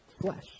flesh